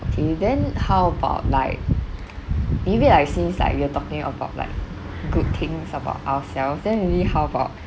okay then how about like maybe like since like we are talking about like good things about ourselves then maybe how about